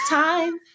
time